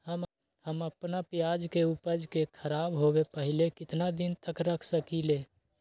हम अपना प्याज के ऊपज के खराब होबे पहले कितना दिन तक रख सकीं ले?